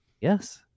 yes